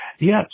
Yes